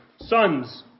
sons